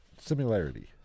Similarity